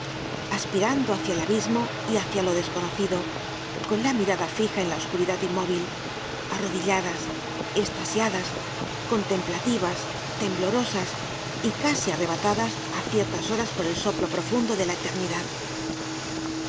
aspirando hácia el abismo y hácia lo desconocido con la mirada fija en la oscuridad inmóvil arrodilladas estasiadas contemplativas temblorosas y casi arrebatadas á ciertas horas por el soplo profundo de la eternidad